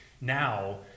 now